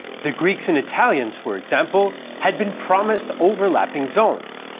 the greeks and italians, for example, had been promised overlapping zones,